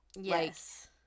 yes